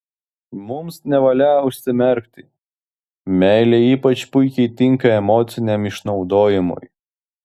mums nevalia užsimerkti meilė ypač puikiai tinka emociniam išnaudojimui